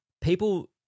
people